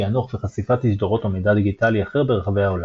פענוח וחשיפת תשדורות או מידע דיגיטלי אחר ברחבי העולם,